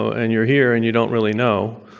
and you're here and you don't really know.